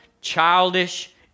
childish